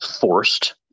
forced –